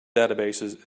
databases